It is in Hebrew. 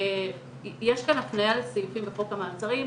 יש כאן הפנייה לסעיפים בחוק המעצרים,